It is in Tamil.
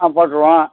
ஆ போட்டுருவோம்